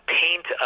paint